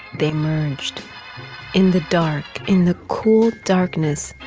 they merged in the dark, in the cold darkness.